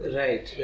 right